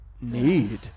need